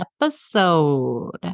episode